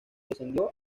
descendió